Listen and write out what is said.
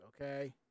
okay